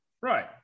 Right